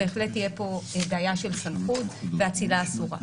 בהחלט תהיה פה בעיה של סמכות ואצילה אסורה,